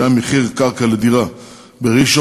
שהיה מחיר קרקע לדירה בראשון,